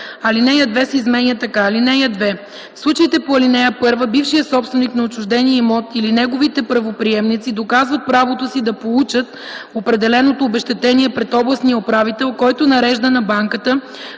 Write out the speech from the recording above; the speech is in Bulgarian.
Алинея 2 се изменя така: